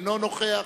אינו נוכח,